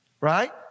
Right